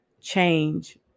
change